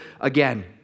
again